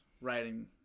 writing